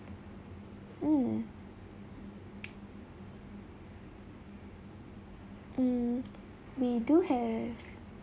mm mm we do have